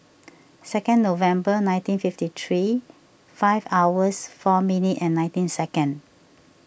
second November nineteen fifty three five hours four minute and nineteen second